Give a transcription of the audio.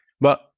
but-